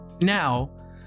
now